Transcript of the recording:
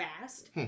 fast